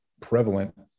prevalent